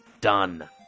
done